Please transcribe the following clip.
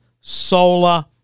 solar